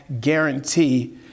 guarantee